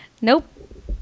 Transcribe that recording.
nope